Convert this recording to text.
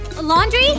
Laundry